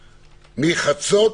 מחצות,